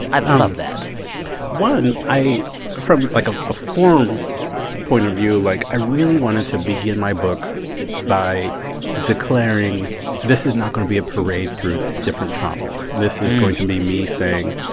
i love that one, i from, like, ah a form point of view, like, i really wanted to begin my book by declaring this is not going to be a parade through different traumas. this is going to be me saying,